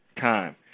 time